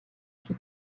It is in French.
qui